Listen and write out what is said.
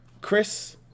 Chris